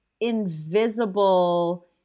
invisible –